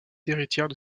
héritières